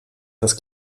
das